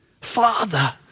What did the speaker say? Father